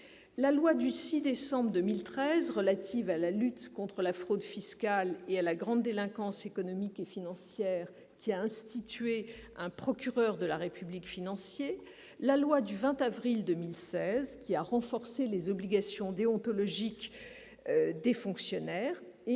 la loi du 6 décembre 2013 relative à la lutte contre la fraude fiscale et la grande délinquance économique et financière, qui a institué un procureur de la République financier, la loi du 20 avril 2016, qui a renforcé les obligations déontologiques des fonctionnaires